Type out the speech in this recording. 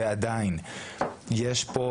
ועדיין יש פה,